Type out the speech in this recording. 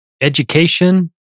Education